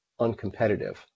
uncompetitive